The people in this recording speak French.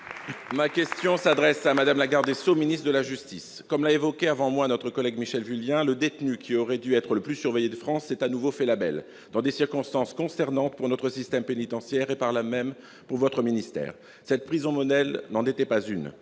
Ma question s'adresse à Mme la garde des sceaux, ministre de la justice. Notre collègue Michèle Vullien l'a souligné avant moi, le détenu qui aurait dû être le plus surveillé de France s'est de nouveau fait la belle, dans des circonstances consternantes pour notre système pénitentiaire et, par là même, pour votre ministère. Cette prison modèle n'en était pas une,